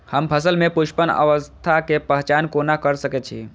हम फसल में पुष्पन अवस्था के पहचान कोना कर सके छी?